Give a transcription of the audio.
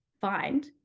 find